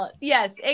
Yes